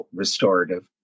restorative